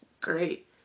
great